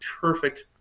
perfect